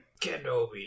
Kenobi